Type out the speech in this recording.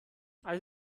als